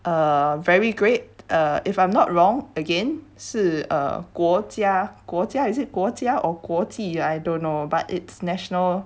uh very great uh if I'm not wrong again 是 uh 国家国家 is it 国家 or 国际 I don't know but it's national